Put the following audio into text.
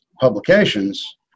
publications